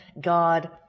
God